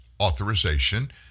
authorization